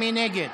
מי נגד?